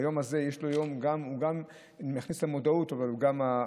היום הזה גם מכניס למודעות, אבל הוא גם קידום.